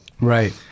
right